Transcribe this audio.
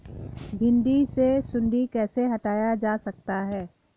भिंडी से सुंडी कैसे हटाया जा सकता है?